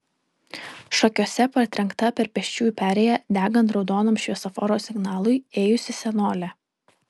šakiuose partrenkta per pėsčiųjų perėją degant raudonam šviesoforo signalui ėjusi senolė